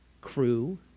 crew